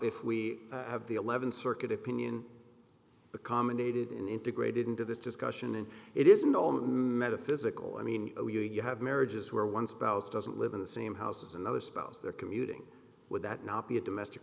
if we have the eleventh circuit opinion accommodated and integrated into this discussion and it isn't all metaphysical i mean you have marriages where one spouse doesn't live in the same house as another spouse there commuting would that not be a domestic